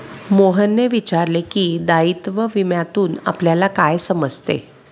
मोहनने विचारले की, दायित्व विम्यातून आपल्याला काय समजते?